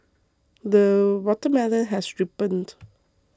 the watermelon has ripened